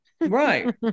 Right